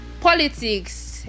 politics